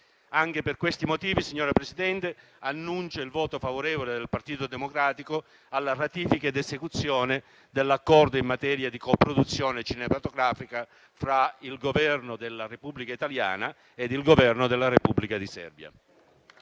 Anche per questi motivi, signor Presidente, annuncio il voto favorevole del Partito Democratico alla ratifica ed esecuzione dell'Accordo in materia di coproduzione cinematografica fra il Governo della Repubblica italiana e il Governo della Repubblica di Serbia.